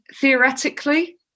theoretically